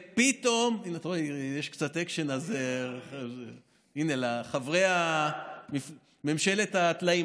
הינה, אתה רואה, יש קצת אקשן לחברי ממשלת הטלאים.